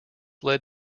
led